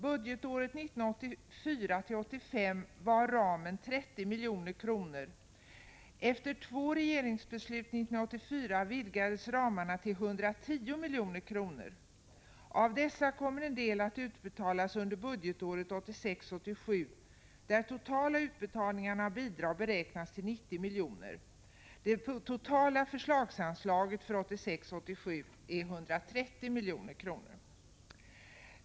Budgetåret 1984 87, där totala utbetalningarna av bidrag beräknas till 90 milj.kr. Det totala förslagsanslaget för 1986/87 är 130 milj.kr.